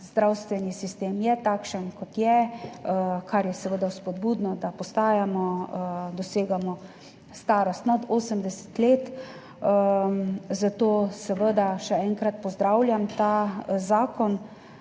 zdravstveni sistem je takšen, kot je, kar je seveda vzpodbudno, da postajamo, dosegamo starost nad 80 let. Zato seveda še enkrat pozdravljam ta zakon.